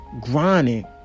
grinding